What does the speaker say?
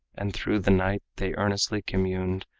and through the night they earnestly communed,